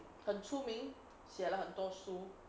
很出名写了很多书